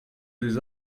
des